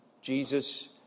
Jesus